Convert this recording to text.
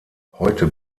heute